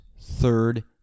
third